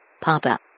Papa